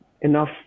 enough